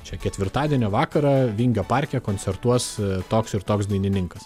čia ketvirtadienio vakarą vingio parke koncertuos toks ir toks dainininkas